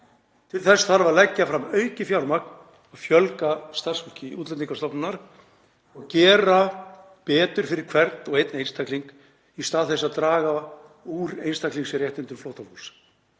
Til þess þarf að leggja fram aukið fjármagn og fjölga starfsfólki Útlendingastofnunar og gera betur fyrir hvern og einn einstakling í stað þess að draga úr einstaklingsréttindum flóttafólks.